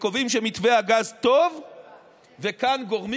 וקובעים שמתווה הגז טוב וכאן גורמים